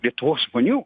lietuvos žmonių